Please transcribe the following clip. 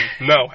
No